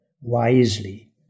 wisely